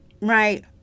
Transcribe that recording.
right